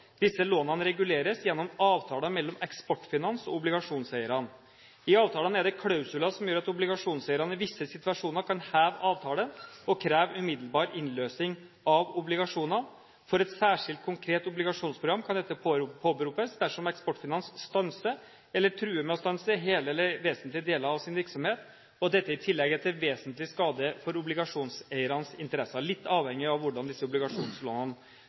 Disse lånene reguleres gjennom avtaler mellom Eksportfinans og obligasjonseierne. I avtalene er det klausuler som gjør at obligasjonseierne i visse situasjoner kan heve avtalen og kreve umiddelbar innløsning av obligasjonene. For et særskilt, konkret obligasjonsprogram kan dette påberopes dersom Eksportfinans stanser, eller truer med å stanse hele eller vesentlige deler av sin virksomhet, og dette i tillegg er til vesentlig skade for obligasjonseiernes interesser – litt avhengig av hvordan disse